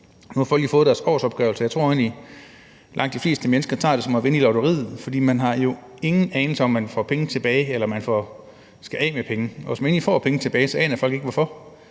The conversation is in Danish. Nu har folk lige fået deres årsopgørelse, og jeg tror egentlig, at langt de fleste mennesker synes, at det er ligesom at spille i lotteriet, for man har jo ingen anelse om, om man får penge tilbage, eller om man skal af med penge. Og hvis folk endelig får penge tilbage, aner de ikke hvorfor.